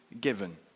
given